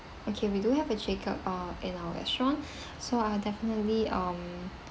okay we do have a jacob uh in our restaurants so I'll definitely um